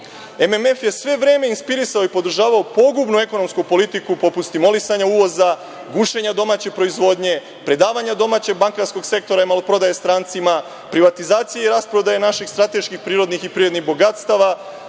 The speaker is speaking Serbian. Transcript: MMF je sve vreme inspirisao i podržavao pogubnu ekonomsku politiku poput stimulisanja uvoza, bušenja domaće proizvodnje, predavanja domaćeg bankarskog sektora i maloprodaje strancima, privatizacije i rasprodaje naših strateških prirodnih i privrednih bogatstava,